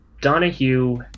donahue